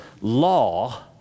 law